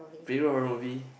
favourite horror movie